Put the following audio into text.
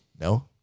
No